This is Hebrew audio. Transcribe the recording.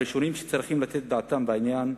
הראשונים שצריכים לתת את דעתם לעניין,